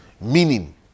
meaning